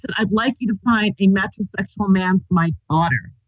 so i'd like you to find a match, ma'am. my honor.